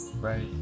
right